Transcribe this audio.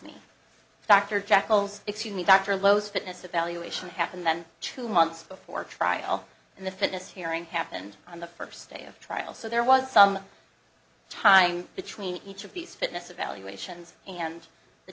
me dr jackal's excuse me dr lowe's fitness evaluation happened then two months before trial and the fitness hearing happened on the first day of trial so there was some time between each of these fitness evaluations and the